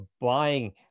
buying